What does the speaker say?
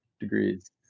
degrees